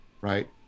right